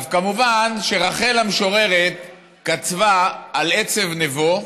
כמובן שרחל המשוררת כתבה על עצב נבו,